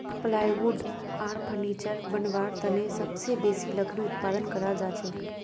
plywood आर furniture बनव्वार तने सबसे बेसी लकड़ी उत्पादन कराल जाछेक